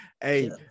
Hey